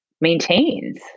Maintains